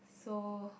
so